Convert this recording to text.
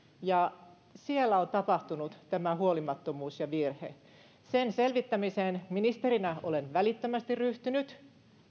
siellä on tapahtunut tämä huolimattomuus ja virhe sen selvittämiseen ministerinä olen välittömästi ryhtynyt